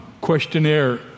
questionnaire